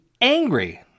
angry